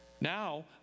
now